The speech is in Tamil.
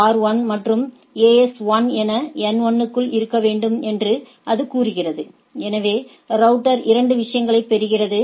R 1 மற்றும் AS 1 என N 1 க்குள் இருக்க வேண்டும் என்று அது கூறுகிறது எனவே ரவுட்டர் 2 விஷயங்களை பெறுகிறது